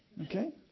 Okay